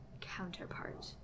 counterpart